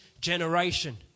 generation